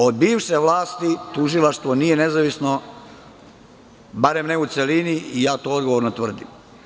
Od bivše vlasti tužilaštvo nije nezavisno, barem ne u celini, i ja to odgovorno tvrdim.